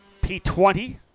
P20